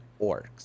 orcs